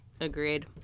Agreed